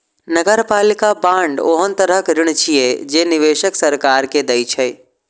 नगरपालिका बांड ओहन तरहक ऋण छियै, जे निवेशक सरकार के दै छै